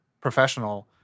professional